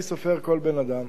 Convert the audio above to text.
אני סופר כל בן-אדם,